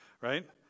Right